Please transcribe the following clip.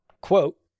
quote